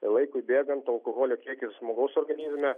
laikui bėgant alkoholio kiekis žmogaus organizme